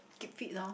keep fit loh